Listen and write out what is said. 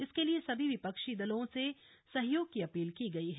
इसके लिए सभी विपक्षी दलों से सहयोग की अपील की गई है